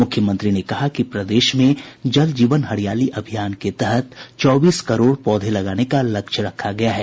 मुख्यमंत्री ने कहा कि प्रदेश में जल जीवन हरियाली अभियान के तहत चौबीस करोड़ पौधे लगाने का लक्ष्य रखा गया है